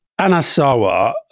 Anasawa